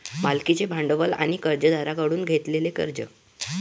मालकीचे भांडवल आणि कर्जदारांकडून घेतलेले कर्ज